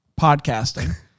podcasting